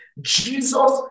Jesus